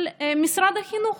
משרד החינוך,